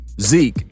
Zeke